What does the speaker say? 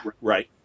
Right